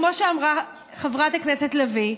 כמו שאמרה חברת הכנסת לביא,